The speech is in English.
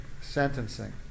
sentencing